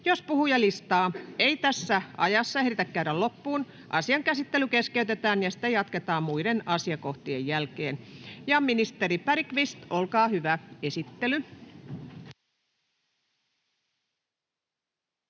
Jos puhujalistaa ei tässä ajassa ehditä käydä loppuun, asian käsittely keskeytetään ja sitä jatketaan muiden asiakohtien jälkeen. — Ministeri Mykkänen, olkaa hyvä.